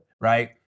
right